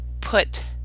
put